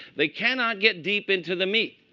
they cannot get deep into the meat.